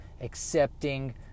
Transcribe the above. accepting